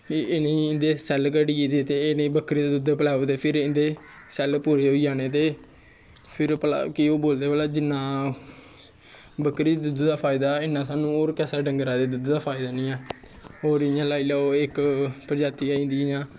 इं'दे सैल्ल घटी गेदे इ'नें गी बक्करी दा दुद्ध पलाओ ते फ्ही इ'नें सैल्ल पूरे होई जाने ते फिर केह् बोलदे भला जिन्ना बक्करी दे दुद्ध दा फायदा ऐ इन्ना होर किसै दे दुद्ध दा फायदा निं ऐ होर इ'यां लाई लाओ इक प्रजातियां होंदियां